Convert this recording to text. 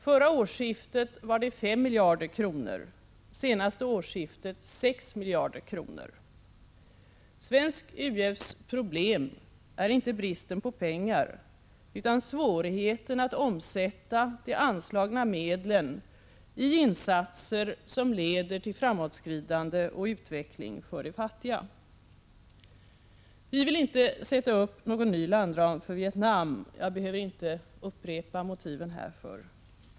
Förra årsskiftet var de 5 miljarder kronor, senaste årsskiftet 6 miljarder kronor. Svensk u-hjälps problem är inte bristen på pengar utan svårigheten att omsätta de anslagna medlen i insatser som leder till framåtskridande och utveckling för de fattiga. Vi vill inte sätta upp någon ny landram för Vietnam. Jag behöver inte upprepa motiven härför.